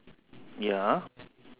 ya ah